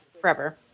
forever